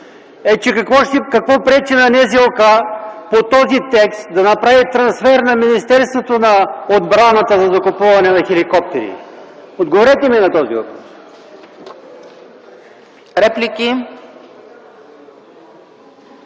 Е, че какво пречи на НЗОК по този текст да направи трансфер на Министерството на отбраната за закупуване на хеликоптери? Отговорете ми на този въпрос?